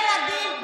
ילדים,